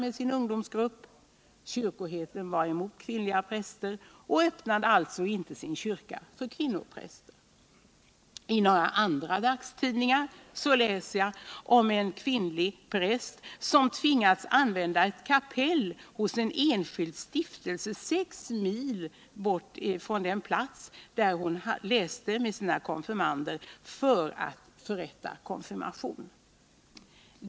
Kyrkoherden var emot kvinnliga präster och öppnade alltså inte sin kyrka för en kvinnopräst. I några andra dagstidningar läser jag om en kvinnlig präst, som tvingades använda ett kapell i en enskild stiftelse sex mil från den plats, där hon läste med sina konfirmander, för att förrätta konfirmation.